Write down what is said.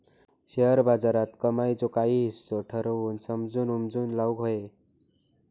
share बाजारात कमाईचो काही हिस्सो ठरवून समजून उमजून लाऊक व्हये